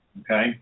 okay